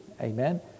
amen